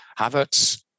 Havertz